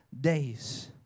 days